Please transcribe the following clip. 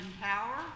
power